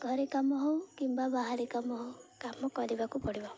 ଘରେ କାମ ହଉ କିମ୍ବା ବାହାରେ କାମ ହଉ କାମ କରିବାକୁ ପଡ଼ିବ